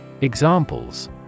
Examples